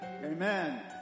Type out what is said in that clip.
Amen